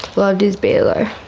loved his beer though.